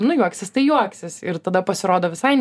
nu juoksis tai juoksis ir tada pasirodo visai